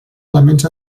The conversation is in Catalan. elements